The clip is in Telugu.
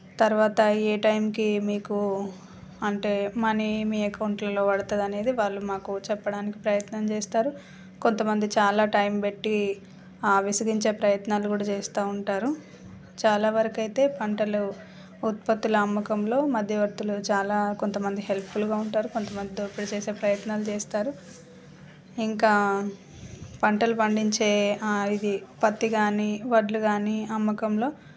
తర్వాత ఏ టైంకి మీకు అంటే మనీ మీ అకౌంట్లలో పడుతుంది అనేది వాళ్ళు మాకు చెప్పడానికి ప్రయత్నం చేస్తారు కొంతమంది చాలా టైం పెట్టి విసిగించే ప్రయత్నాలు కూడా చేస్తూ ఉంటారు చాలావరకు అయితే పంటలు ఉత్పత్తుల అమ్మకంలో మధ్యవర్తులు చాలా కొంతమంది హెల్ప్ఫుల్గా ఉంటారు కొంతమంది దోపిడి చేసే ప్రయత్నాలు చేస్తారు ఇంకా పంటలు పండించే ఇది పత్తి కాని వడ్లు కాని అమ్మకంలో